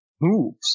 moves